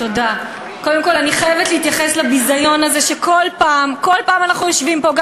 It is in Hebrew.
תודה רבה, חבר הכנסת נסים זאב.